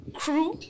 crew